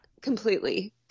completely